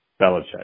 Belichick